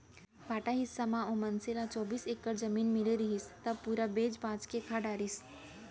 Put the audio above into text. बांटा हिस्सा म ओ मनसे ल चौबीस एकड़ जमीन मिले रिहिस, ल पूरा बेंच भांज के खा डरिस